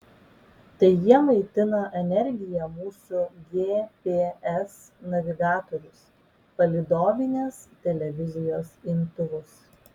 tai jie maitina energija mūsų gps navigatorius palydovinės televizijos imtuvus